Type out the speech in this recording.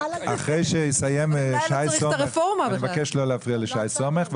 אני מבקש לא להפריע לשי סומך.